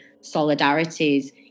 solidarities